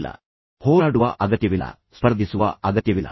ಇಲಿ ಓಟಕ್ಕೆ ಸೇರುವ ಅಗತ್ಯವಿಲ್ಲ ಹೋರಾಡುವ ಅಗತ್ಯವಿಲ್ಲ ಸ್ಪರ್ಧಿಸುವ ಅಗತ್ಯವಿಲ್ಲ